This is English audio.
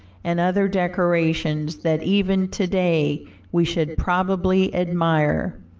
and other decorations that even to-day we should probably admire.